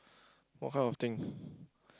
what kind of thing